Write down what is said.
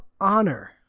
honor